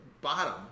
bottom